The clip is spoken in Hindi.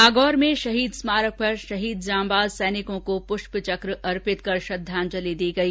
नागौर में शहीद स्मारक पर शहीद जांबाज सैनिकों को पुष्प चक अर्पित कर श्रद्वांजलि दी गई